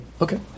Okay